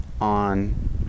on